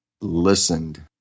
listened